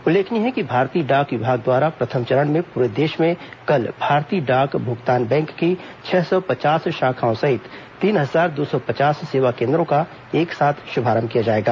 उल्लेखनीय है कि भारतीय डाक विभाग द्वारा प्रथम चरण में पूरे देश में कल भारतीय डाक भुगतान बैंक की छह सौ पचास शाखाओं सहित तीन हजार दो सौ पचास सेवा केंद्रों का एक साथ शुभारंभ किया जाएगा